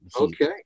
Okay